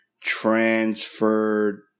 transferred